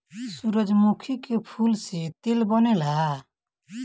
सूरजमुखी के फूल से तेल बनेला